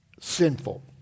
sinful